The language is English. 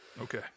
Okay